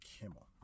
Kimmel